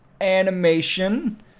animation